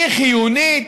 היא חיונית,